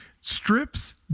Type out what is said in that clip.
Strips